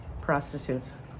prostitutes